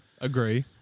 agree